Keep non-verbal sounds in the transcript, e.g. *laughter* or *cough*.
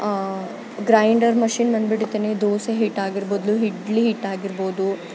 grinder machine *unintelligible* dosa ಹಿಟ್ಟಾಗಿರ್ಬೋದು ಇಡ್ಲಿ ಹಿಟ್ಟಾಗಿರ್ಬೋದು